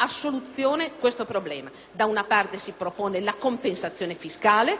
a soluzione questo problema. Da una parte si propone la compensazione fiscale,